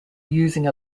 using